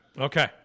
Okay